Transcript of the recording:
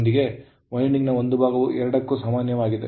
winding ನ ಒಂದು ಭಾಗವು ಎರಡಕ್ಕೂ ಸಾಮಾನ್ಯವಾಗಿದೆ